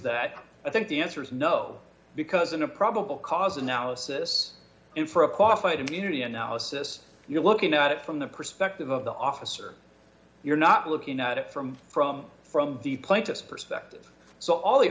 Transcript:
that i think the answer is no because in a probable cause analysis in for a coffee and unity analysis you're looking at it from the perspective of the officer you're not looking at it from from from the plaintiff's perspective so all the